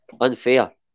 unfair